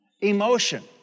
emotion